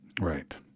Right